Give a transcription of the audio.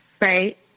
right